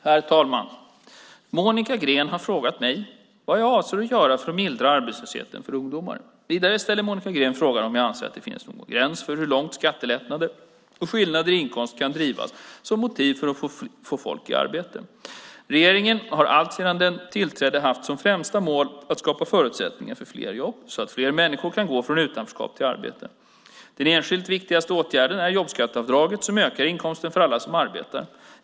Herr talman! Monica Green har frågat mig vad jag avser att göra för att mildra arbetslösheten för ungdomar. Vidare ställer Monica Green frågan om jag anser att det finns någon gräns för hur långt skattelättnader och skillnader i inkomst kan drivas som motiv för att få folk i arbete. Regeringen har alltsedan den tillträdde haft som främsta mål att skapa förutsättningar för fler jobb, så att fler människor kan gå från utanförskap till arbete. Den enskilt viktigaste åtgärden är jobbskatteavdraget som ökar inkomsten för alla som arbetar.